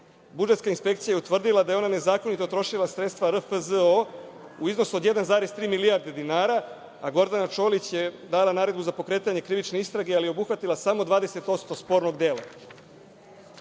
Budžetska inspekcija je utvrdila da je ona nezakonito trošila sredstva RFZO u iznosu od 1,3 milijarde dinara, a Gordana Čolić je dala naredbu za pokretanje krivične istrage, ali je obuhvatila samo 20% spornog dela.